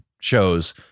shows